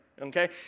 Okay